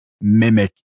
mimic